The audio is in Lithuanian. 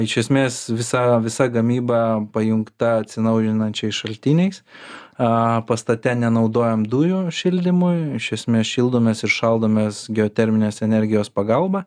iš esmės visa visa gamyba pajungta atsinaujinančiais šaltiniais a pastate nenaudojam dujų šildymui iš esmės šildomės ir šaldomės geoterminės energijos pagalba